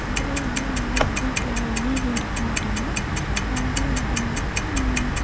அதுவே வந்து இந்மாதிரி வீட்டில லீவ்ல இருக்கோம் அப்படின்னா நான் வந்து என்ன பண்ணுவேன்னா